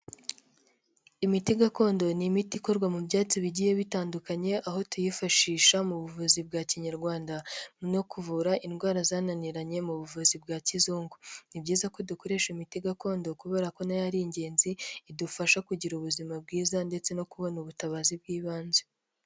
Imiti gakondo ni imiti ikorwa mu byatsi bigiye bitandukanye, aho tuyifashisha mu buvuzi bwa kinyarwanda no kuvura indwara zananiranye mu buvuzi bwa kizungu, ni byiza ko dukoresha imiti gakondo kubera ko na yo ari ingenzi, idufasha kugira ubuzima bwiza ndetse no kubona ubutabazi bw'ibanze.